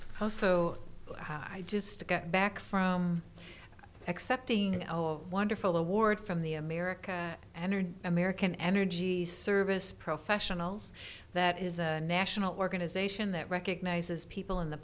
oh so high i just got back from accepting wonderful award from the america and american energy service professionals that is a national organization that recognizes people in the